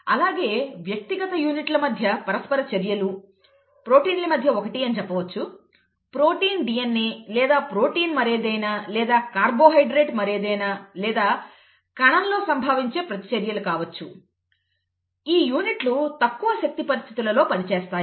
అలాగే వ్యక్తిగత యూనిట్ల మధ్య పరస్పర చర్యలు ప్రోటీన్ల మధ్య 1 అని చెప్పవచ్చు ప్రోటీన్ డిఎన్ఎ లేదా ప్రోటీన్ మరేదైనా లేదా కార్బోహైడ్రేట్ మరేదైనా లేదా కణంలో సంభవించే ప్రతిచర్యలు కావచ్చు ఈ యూనిట్లు తక్కువ శక్తి పరిస్థితులలో పనిచేస్తాయా